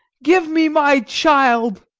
give me my child!